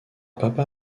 papa